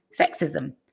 sexism